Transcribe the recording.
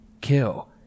kill